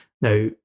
Now